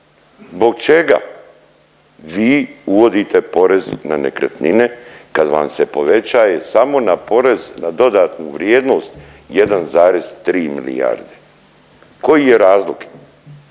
Zbog čega vi uvodite porez na nekretnine kad vam se povećaje samo na porez na dodatnu vrijednost 1,3 milijarde, koji je razlog?